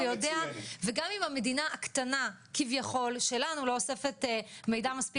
וגם אם המדינה הקטנה כיכול שלנו לא אוספת מידע מושלם מספיק,